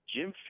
Jim